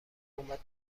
اومد